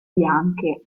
bianche